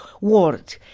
word